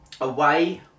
Away